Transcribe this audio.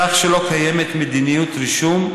כך שלא קיימת מדיניות רישום,